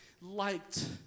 liked